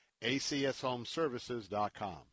acshomeservices.com